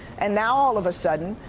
and now all of a sudden